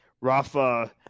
Rafa